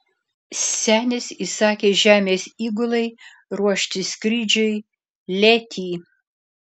senis įsakė žemės įgulai ruošti skrydžiui letį